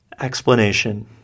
Explanation